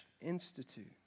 institute